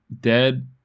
Dead